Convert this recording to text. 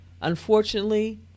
unfortunately